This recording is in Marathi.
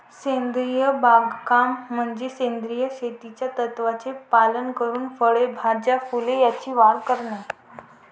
सेंद्रिय बागकाम म्हणजे सेंद्रिय शेतीच्या तत्त्वांचे पालन करून फळे, भाज्या, फुले यांची वाढ करणे